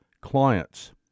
clients